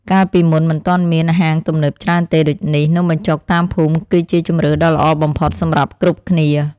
កាលពីមុនមិនទាន់មានហាងទំនើបច្រើនទេដូចនេះនំបញ្ចុកតាមភូមិគឺជាជម្រើសដ៏ល្អបំផុតសម្រាប់គ្រប់គ្នា។